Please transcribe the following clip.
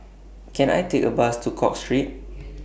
Can I Take A Bus to Cook Street